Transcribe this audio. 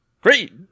great